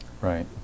Right